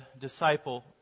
disciple